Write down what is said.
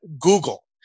Google